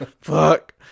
Fuck